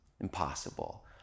Impossible